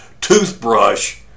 toothbrush